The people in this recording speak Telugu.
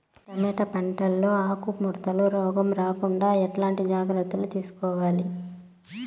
టమోటా పంట లో ఆకు ముడత రోగం రాకుండా ఎట్లాంటి జాగ్రత్తలు తీసుకోవాలి?